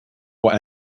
what